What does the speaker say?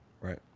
right